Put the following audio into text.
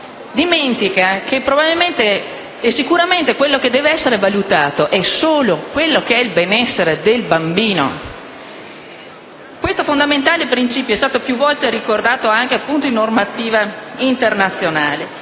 ricordare che sicuramente quello che deve essere valutato è solo il benessere del bambino. Questo fondamentale principio è stato più volte ricordato nella normativa internazionale